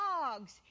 dogs